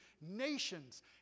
nations